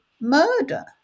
murder